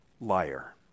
liar